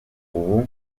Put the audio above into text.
ubu